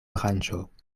branĉo